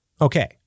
Okay